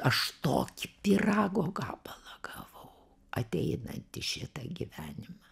aš tokį pyrago gabalą gavau ateinant į šitą gyvenimą